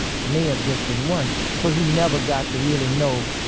and may have just been one, so he never got to really know